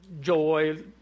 joy